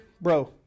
bro